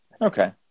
Okay